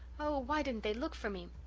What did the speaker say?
oh, why didn't they look for me?